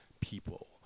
people